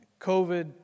COVID